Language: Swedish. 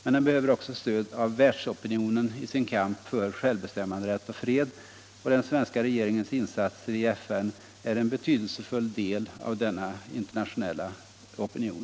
Men den behöver också stöd av världsopinionen i sin kamp för självbestämmanderätt och fred. Den svenska regeringens insatser i FN är en betydelsefull del av denna internationella opinion.